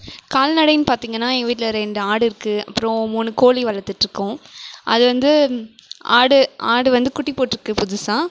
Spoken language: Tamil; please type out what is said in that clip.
கால்நடைன்னு பார்த்திங்கனா எங்கள் வீட்டில் ரெண்டு ஆடு இருக்கு அப்றம் மூணு கோழி வளர்த்துட்ருக்கோம் அது வந்து ஆடு ஆடு வந்து குட்டி போட்டிருக்கு புதுசாக